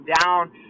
down